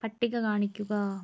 പട്ടിക കാണിക്കുക